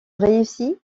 réussit